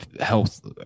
health